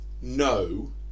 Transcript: no